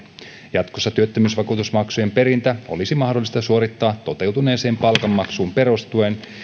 jatkossa työttömyysvakuutusmaksujen perintä olisi mahdollista suorittaa sekä toteutuneeseen palkanmaksuun perustuen